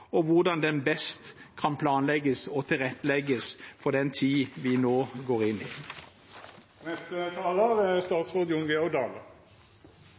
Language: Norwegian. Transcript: og hvordan den best kan planlegges og tilrettelegges for den tid vi nå går inn i. Som representanten Grøvan var innom, er